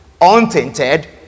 untainted